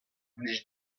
blij